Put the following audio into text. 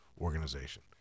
organization